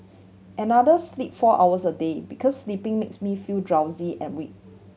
another sleep four hours a day because sleeping makes me feel drowsy and weak